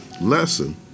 lesson